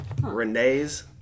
Renee's